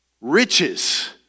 Riches